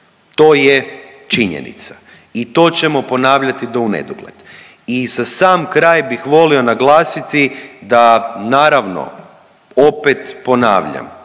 to je činjenica i to ćemo ponavljati do unedogled. I za sam kraj bih volio naglasiti da naravno opet ponavljam